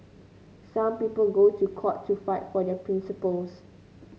some people go to court to fight for their principles